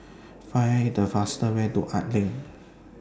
Find The fastest Way to Arts LINK